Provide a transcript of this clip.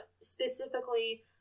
specifically